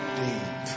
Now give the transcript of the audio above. deep